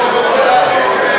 מוזמן.